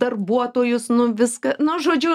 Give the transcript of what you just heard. darbuotojus nu viską na žodžiu